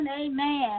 Amen